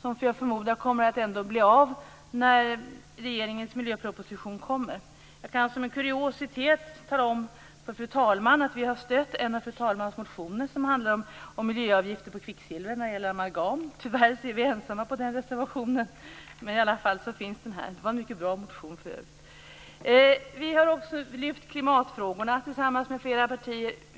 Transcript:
som jag förmodar ändå kommer att bli av när regeringens miljöproposition kommer. Jag kan som en kuriositet tala om för fru talmannen att vi har stött en av fru talmannens motioner som handlar om miljöavgifter på kvicksilver i amalgam. Tyvärr är vi ensamma på den reservationen. Det var en mycket bra motion. Vi har också lyft fram klimatfrågorna tillsammans med andra partier.